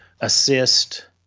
assist